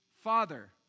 Father